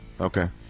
Okay